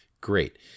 Great